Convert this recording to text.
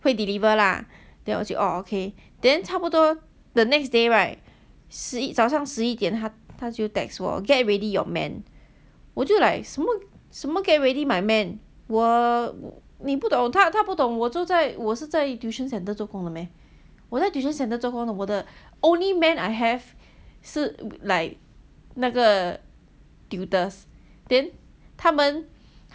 会 deliver lah then 我就 orh okay then 差不多 the next day right 十一早上十一点他他就 text 我 get ready your man 我就 like 什么 get ready my man 我你不懂他他不懂我是在 tuition centre 做工的 meh 我在 tuition centre 做工我的 only man I have 是 like 那个 tutors then